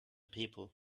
people